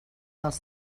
dels